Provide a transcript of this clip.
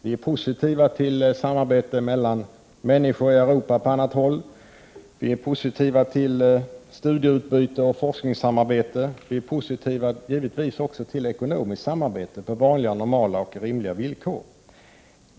Vi är positiva till samarbete mellan människor i Europa på annat håll. Vi är positiva till studieutbyte och forskningssamarbete. Vi är givetvis också positiva till ekonomiskt samarbete på vanliga, normala och rimliga villkor.